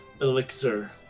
elixir